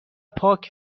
پاک